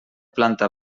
planta